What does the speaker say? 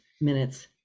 minutes